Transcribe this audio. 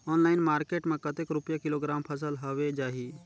Online market मां कतेक रुपिया किलोग्राम फसल हवे जाही?